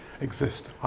exist